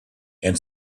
and